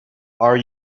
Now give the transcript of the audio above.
are